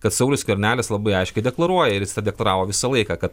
kad saulius skvernelis labai aiškiai deklaruoja ir jis deklaravo visą laiką kad